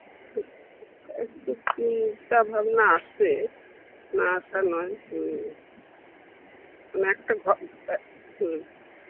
একটু চিন্তা ভাবনা আসবে না আসার নয় তো মানে একটা ঘ অ্যা হুম